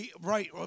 Right